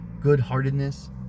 good-heartedness